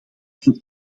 dan